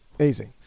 Easy